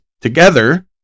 together